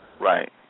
Right